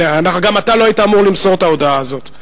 גם אתה לא היית אמור למסור את ההודעה הזאת,